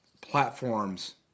platforms